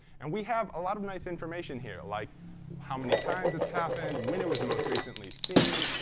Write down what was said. and we have a lot of nice information here, like how many times it's happened, when it was most recently seen.